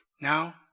Now